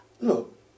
Look